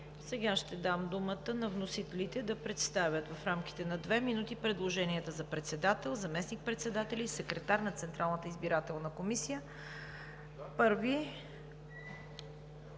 сега ще дам думата на вносителите да представят в рамките на две минути предложенията за председател, заместник-председатели и секретар на Централната избирателна комисия. Първи,